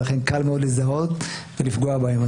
ולכן קל מאוד לזהות ולפגוע בהם,